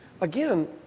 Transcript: again